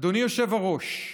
אדוני היושב-ראש,